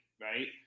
right